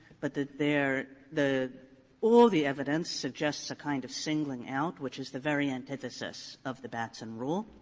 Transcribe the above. but that there the all the evidence suggests a kind of singling out, which is the very antithesis of the batson rule.